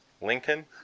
Lincoln